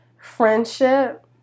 friendship